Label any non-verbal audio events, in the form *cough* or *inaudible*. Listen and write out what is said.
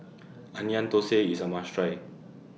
*noise* Onion Thosai IS A must Try